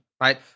right